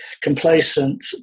complacent